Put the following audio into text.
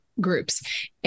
groups